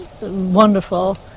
wonderful